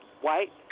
white